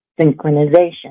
synchronization